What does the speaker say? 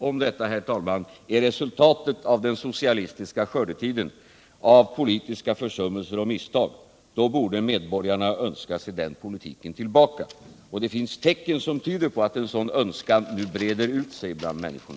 Om detta är resultatet av den socialistiska skördetiden, av politiska försummelser och misstag, borde medborgarna önska sig den politiken tillbaka. Det finns också tecken på att en sådan önskan nu breder ut sig bland människorna.